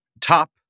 top